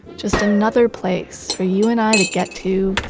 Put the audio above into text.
just another place for you and i to get to,